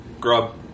Grub